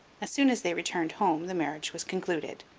soon as they returned home, the marriage was concluded.